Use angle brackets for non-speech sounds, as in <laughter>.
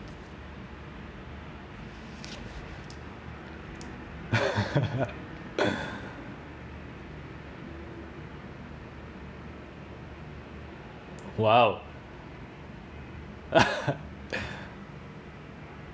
<laughs> !wow! <laughs>